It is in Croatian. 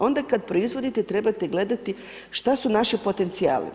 Onda kad proizvodite trebate gledati šta su naši potencijali.